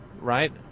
right